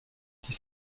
die